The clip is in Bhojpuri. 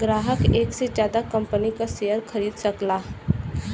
ग्राहक एक से जादा कंपनी क शेयर खरीद सकला